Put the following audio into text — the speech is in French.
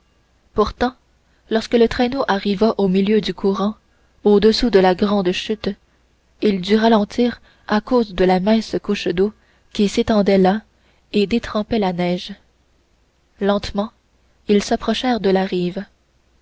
pourtant lorsque le traîneau arriva au milieu du courant au-dessous de la grande chute il dut ralentir à cause de la mince couche d'eau qui s'étendait là et détrempait la neige lentement ils approchèrent de la rive